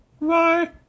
Bye